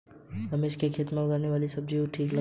रमेश खेत में उगने वाली सब्जी की लागत ठीक रखता है